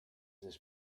this